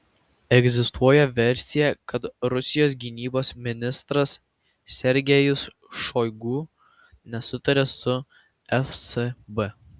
egzistuoja versija kad rusijos gynybos ministras sergejus šoigu nesutaria su fsb